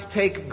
take